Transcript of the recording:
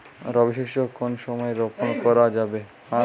রবি শস্য কোন সময় রোপন করা যাবে?